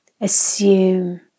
assume